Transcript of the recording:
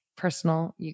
personal